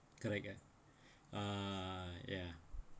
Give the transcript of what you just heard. correct ya uh ya